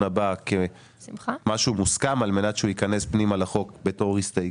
הבא כמשהו מוסכם על מנת שהוא ייכנס פנימה לחוק כהסתייגות.